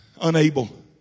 Unable